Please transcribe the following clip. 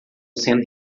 sendo